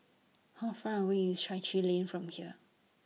How Far away IS Chai Chee Lane from here